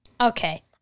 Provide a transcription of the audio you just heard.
Okay